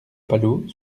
palau